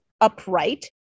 upright